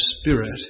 Spirit